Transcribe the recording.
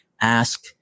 ask